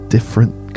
Different